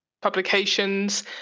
publications